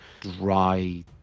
dry